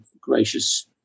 gracious